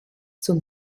zum